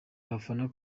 abafana